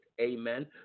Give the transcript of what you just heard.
amen